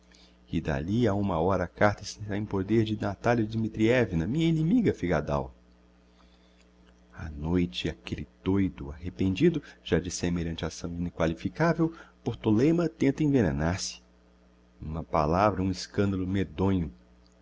e d'alli a uma hora a carta está em poder da natalia dmitrievna minha inimiga figadal á noite aquelle doido arrependido já de semelhante acção inqualificavel por toleima tenta envenenar se n'uma palavra um escandalo medonho